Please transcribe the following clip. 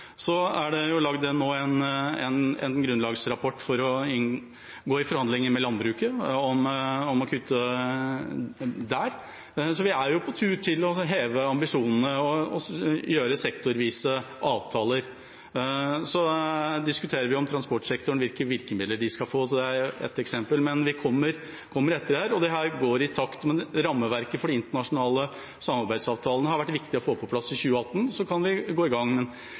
Så er det nå laget en grunnlagsrapport for å gå i forhandlinger med landbruket om å kutte der, så vi er på tur til å heve ambisjonene og gjøre sektorvise avtaler. Vi diskuterer når det gjelder transportsektoren. Hvilke virkemidler de skal få, er ett eksempel, men vi kommer etter her, og dette går i takt. Men rammeverket for de internasjonale samarbeidsavtalene har vært viktig å få på plass i 2018, og så kan vi gå i gang.